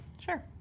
sure